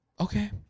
Okay